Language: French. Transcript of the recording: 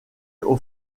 aux